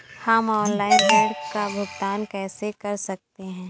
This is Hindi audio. हम ऑनलाइन ऋण का भुगतान कैसे कर सकते हैं?